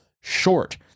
short